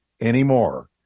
anymore